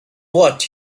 what